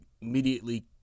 immediately